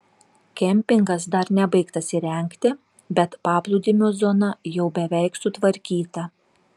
kempingas dar nebaigtas įrengti bet paplūdimio zona jau beveik sutvarkyta